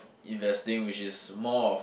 investing which is more of